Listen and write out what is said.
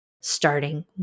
starting